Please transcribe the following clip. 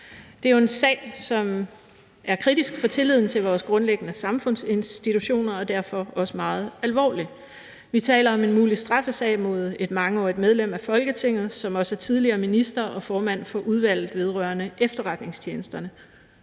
Det er jo en sag, som er kritisk for tilliden til vores grundlæggende samfundsinstitutioner og derfor også meget alvorlig. Vi taler om en mulig straffesag mod et mangeårigt medlem af Folketinget, som også er tidligere minister og formand for Udvalget vedrørende Efterretningstjenesterne.